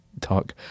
talk